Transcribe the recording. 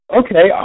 okay